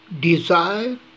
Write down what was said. desire